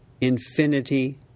infinity